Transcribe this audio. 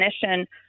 definition